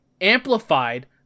amplified